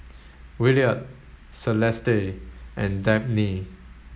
Williard Celeste and Dabney